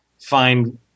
find